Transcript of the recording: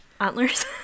antlers